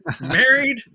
married